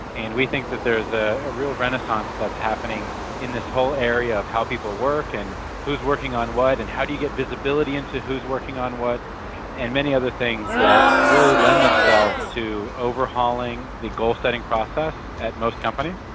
and we think that there is a real renaissance that's happening in this whole area of how people work and who is working on what and how do you get visibility into who is working on what and many other things that really lend themselves to overhauling the goal setting process at most companies.